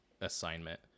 assignment